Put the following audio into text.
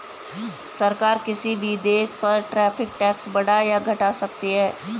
सरकार किसी भी देश पर टैरिफ टैक्स बढ़ा या घटा सकती है